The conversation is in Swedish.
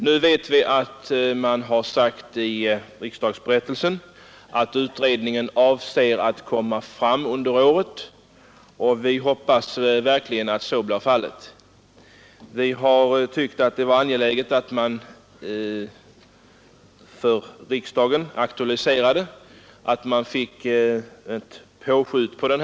Nu vet vi av riksdagsberättelsen att utredningen avser att slutföra sitt arbete under året, och vi hoppas verkligen att så blir fallet. Vi har tyckt att det varit angeläget att för riksdagen aktualisera frågan och få ett påskjut på den.